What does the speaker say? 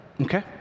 okay